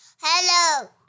Hello